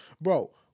Bro